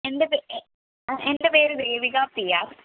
എൻ്റെ പേര് എൻ്റെ പേര് ദേവിക പി ആർ